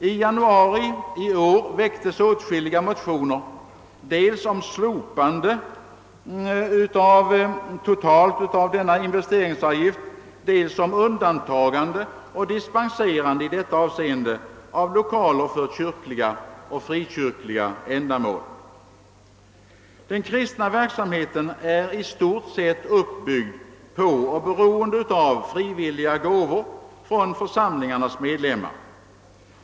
I januari i år väcktes åtskilliga motioner dels om totalt slopande av denna investeringsavgift, dels om undantagande och dispenserande i detta avseende av lokaler för kyrkliga och frikyrkliga ändamål. Den kristna verksamheten är i stort sett uppbyggd på och beroende av frivilliga gåvor från församlingarnas medlemmar.